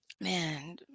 Man